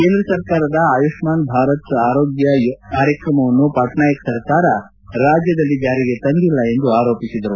ಕೇಂದ್ರ ಸರ್ಕಾರದ ಆಯುಷ್ಣಾನ್ ಭಾರತ್ ಆರೋಗ್ಯ ಕಾರ್ಯಕ್ರಮವನ್ನು ಪಟ್ನಾಯಕ್ ಸರ್ಕಾರ ರಾಜ್ಯದಲ್ಲಿ ಜಾರಿಗೆ ತಂದಿಲ್ಲ ಎಂದು ಆರೋಪಿಸಿದರು